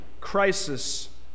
crisis